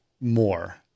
more